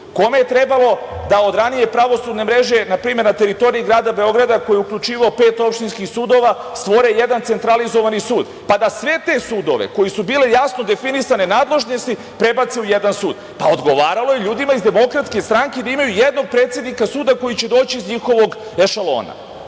Kome je trebalo da od ranije pravosudne mreže, na primer na teritoriji grada Beograda, koji je uključivao pet opštinskih sudova, stvore jedan centralizovani sud, pa da sve te sudove kojima su bili jasno definisane nadležnosti prebace u jedan sud. Pa odgovaralo je ljudima iz DS da imaju jednog predsednika suda koji će doći iz njihovog ešalona.